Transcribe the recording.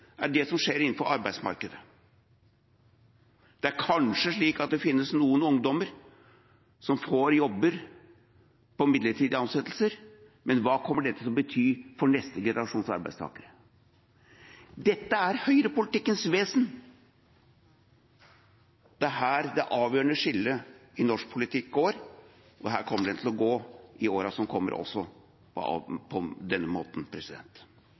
er det som skjer innenfor arbeidsmarkedet. Det er kanskje slik at det finnes noen ungdommer som får jobber gjennom midlertidige ansettelser, men hva kommer dette til å bety for neste generasjons arbeidstakere? Dette er høyrepolitikkens vesen, det er her det avgjørende skillet i norsk politikk går. Og her kommer det til å gå i årene som kommer også – på denne måten.